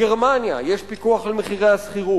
בגרמניה יש פיקוח על מחירי השכירות,